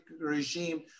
regime